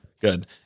Good